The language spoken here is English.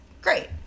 Great